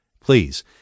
Please